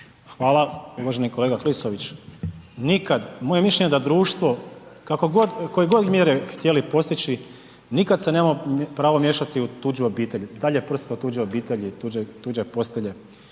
Hvala. Uvaženi kolega Klisović, nikad, moje mišljenje je da društvo kako god, koje god mjere htjeli postići, nikad se nema pravo miješati u tuđe obitelji, dalje prst od tuđe obitelji i tuđe postelje.